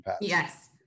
yes